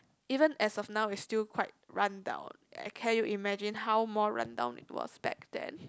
even as of now it's still quite run down can you imagine how more run down it was back then